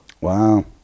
Wow